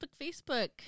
Facebook